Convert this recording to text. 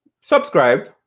subscribe